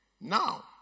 Now